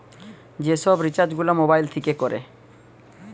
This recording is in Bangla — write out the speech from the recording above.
যে সব রিচার্জ গুলা মোবাইল থিকে কোরে